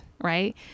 Right